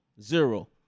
Zero